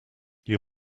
you